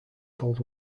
cold